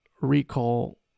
recall